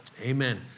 Amen